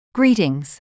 Greetings